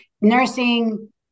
nursing